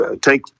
take